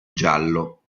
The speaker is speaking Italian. giallo